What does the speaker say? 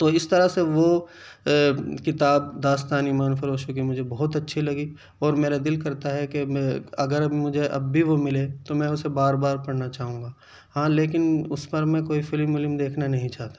تو اس طرح سے وہ کتاب داستان ایمان فروشوں کی مجھے بہت اچھی لگی اور میرا دل کرتا ہے کہ میں اگر مجھے اب بھی وہ ملے تو میں اسے بار بار پڑھنا چاہوں گا ہاں لیکن اس پر میں کوئی فلم ولم دیکھنا نہیں چاہتا